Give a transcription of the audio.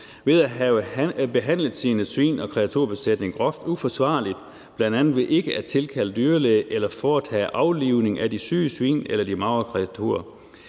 ved at have behandlet sine svin og sin kreaturbesætning groft uforsvarligt, bl.a. ved ikke at tilkalde dyrlæge eller ikke at have aflivet de syge svin eller de magre kreaturer.